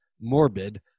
morbid